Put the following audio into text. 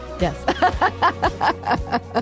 Yes